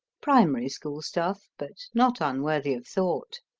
primary school stuff, but not unworthy of thought.